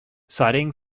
citing